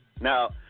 Now